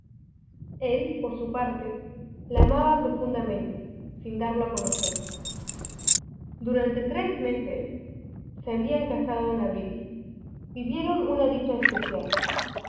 el por su parte la amaba profundamente sin darlo a conocer durante tres meses se habían casado en abril vivieron una dicha especial